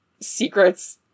secrets